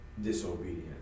disobedient